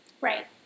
Right